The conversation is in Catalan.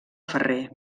ferrer